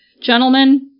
Gentlemen